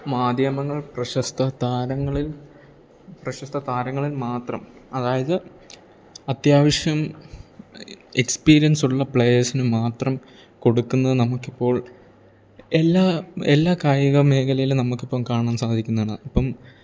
മാധ്യമങ്ങൾ പ്രശസ്ത താരങ്ങളിൽ പ്രശസ്ത താരങ്ങളിൽ മാത്രം അതായത് അത്യാവശ്യം എക്സ്പീര്യൻസൊള്ള പ്ലെയേഴ്സിന് മാത്രം കൊടുക്കുന്ന നമുക്ക് ഇപ്പോൾ എല്ലാ എല്ലാ കായിക മേഘലയിലും നമുക്ക് ഇപ്പം കാണാൻ സാധിക്കുന്നതാണ് ഇപ്പം